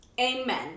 amen